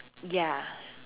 ya